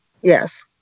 yes